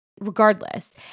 regardless